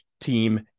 team